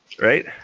Right